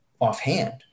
offhand